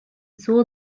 saw